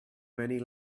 many